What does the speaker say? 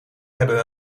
hebben